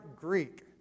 Greek